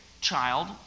child